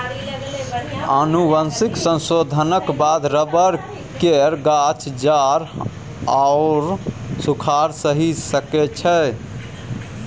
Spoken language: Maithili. आनुवंशिक संशोधनक बाद रबर केर गाछ जाड़ आओर सूखाड़ सहि सकै छै